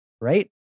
Right